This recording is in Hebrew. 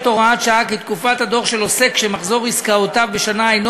הוראת שעה כי תקופת הדוח של עוסק שמחזור עסקאותיו בשנה אינו